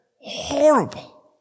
horrible